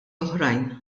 oħrajn